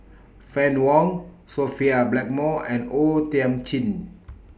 Fann Wong Sophia Blackmore and O Thiam Chin